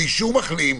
זה אישור מחלים,